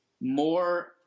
more